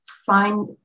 Find